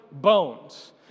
bones